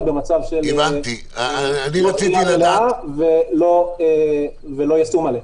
במצב של לא דחייה מלאה ולא יישום מלא.